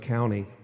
County